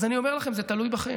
אז אני אומר לכם, זה תלוי בכם.